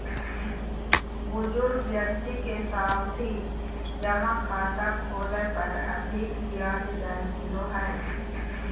बुजुर्ग व्यक्ति के सावधि जमा खाता खोलय पर अधिक ब्याज दर मिलो हय